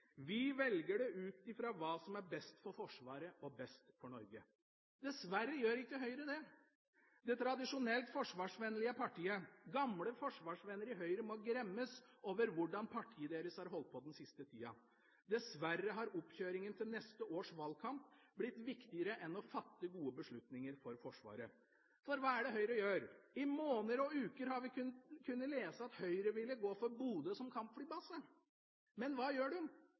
Vi velger det ut ifra hva som er best for Forsvaret og best for Norge. Dessverre gjør ikke Høyre det – det tradisjonelt forsvarsvennlige partiet. Gamle forsvarsvenner i Høyre må gremmes over hvordan partiet deres har holdt på den siste tida. Dessverre har oppkjøringen til neste års valgkamp blitt viktigere enn å fatte gode beslutninger for Forsvaret. For hva er det Høyre gjør? I måneder og uker har vi kunnet lese at Høyre ville gå for Bodø som kampflybase. Men hva gjør